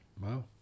wow